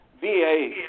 VA